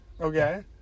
Okay